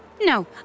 No